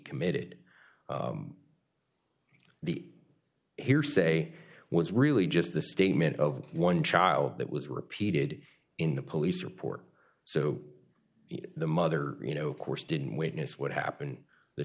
committed the hearsay was really just the statement of one child that was repeated in the police report so the mother you know course didn't witness what happened the